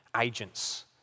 agents